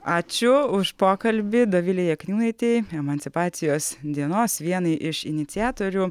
ačiū už pokalbį dovilei jakniūnaitei emancipacijos dienos vienai iš iniciatorių